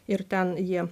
ir ten jie